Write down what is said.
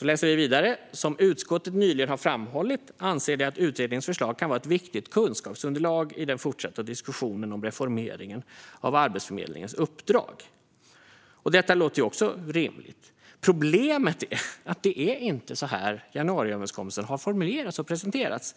Vi läser vidare: "Som utskottet nyligen har framhållit anser det att utredningens förslag kan vara ett viktigt kunskapsunderlag i den fortsatta diskussionen om reformeringen av Arbetsförmedlingens uppdrag." Detta låter också rimligt. Problemet är att det inte är så januariöverenskommelsen har formulerats och presenterats.